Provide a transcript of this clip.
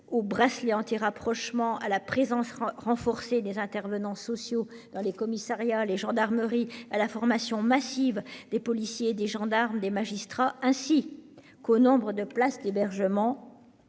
aux bracelets anti-rapprochement, à la présence renforcée des intervenants sociaux dans les commissariats et les gendarmeries, à la formation massive des policiers, des gendarmes et des magistrats, mais aussi à la considérable